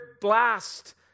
blast